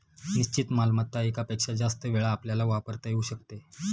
निश्चित मालमत्ता एकापेक्षा जास्त वेळा आपल्याला वापरता येऊ शकते